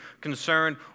concerned